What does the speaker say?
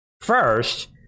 first